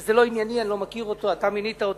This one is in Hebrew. וזה לא ענייני, אני לא מכיר אותו, אתה מינית אותו.